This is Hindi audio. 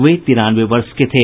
वे तिरानवे वर्ष के थे